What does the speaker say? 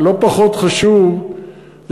יכסה את,